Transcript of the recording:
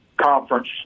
conference